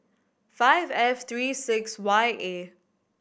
five F three six Y A